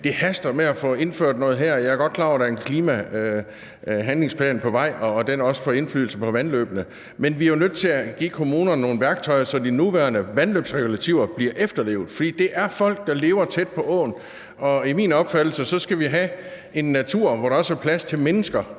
det haster med at få indført noget her. Jeg er godt klar over, at der er en klimahandlingsplan på vej, og at den også får indflydelse på vandløbene, men vi er jo nødt til at give kommunerne nogle værktøjer, så de nuværende vandløbsregulativer bliver efterlevet, fordi det er folk, der lever tæt på åen. Efter min opfattelse skal vi have en natur, hvor der også er plads til mennesker,